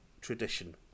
tradition